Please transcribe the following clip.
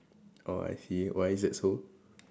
oh I see why is that so